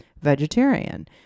vegetarian